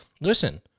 listen